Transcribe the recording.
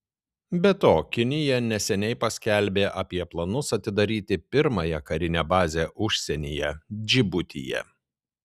be to kinija neseniai paskelbė apie planus atidaryti pirmąją karinę bazę užsienyje džibutyje